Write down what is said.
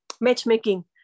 matchmaking